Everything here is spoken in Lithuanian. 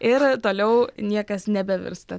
ir toliau niekas nebevirsta